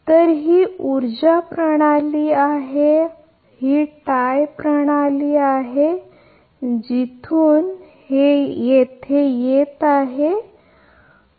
तर ही ही ऊर्जा प्रणाली आहे ही टाय प्रणाली आहे जिथून येत आहे तिथून आपल्याला दिसेल आणि हा आहे वजा डेल्टा आहे बरोबर